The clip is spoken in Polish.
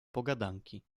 pogadanki